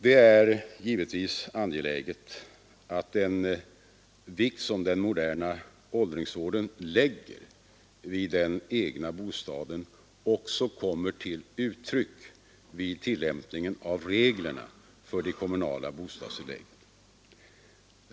Det är givetvis angeläget att den vikt som den moderna 26 mars 1974 åldringsvården lägger vid den egna bostaden också kommer till uttryck vid tillämpningen av reglerna för de kommunala bostadstilläggen.